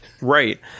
Right